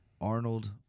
Arnold